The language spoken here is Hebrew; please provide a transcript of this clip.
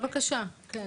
בבקשה כן.